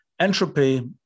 Entropy